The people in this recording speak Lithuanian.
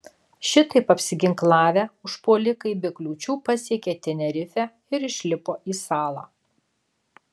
šitaip apsiginklavę užpuolikai be kliūčių pasiekė tenerifę ir išlipo į salą